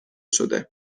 شده